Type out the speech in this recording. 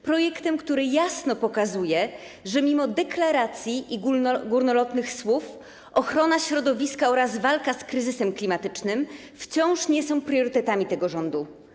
Projektem, który jasno pokazuje, że mimo deklaracji i górnolotnych słów ochrona środowiska oraz walka z kryzysem klimatycznym wciąż nie są priorytetami tego rządu.